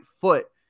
foot